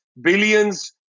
billions